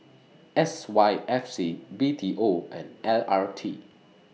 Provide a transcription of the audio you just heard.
S Y F C B T O and L R T